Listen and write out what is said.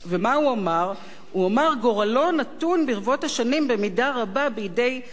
הוא אמר: גורלו נתון ברבות השנים במידה רבה בידי מנהיגי ארצו.